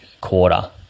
quarter